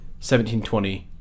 17-20